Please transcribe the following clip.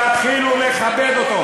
תתחילו לכבד אותו.